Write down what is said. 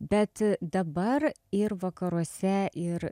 bet dabar ir vakaruose ir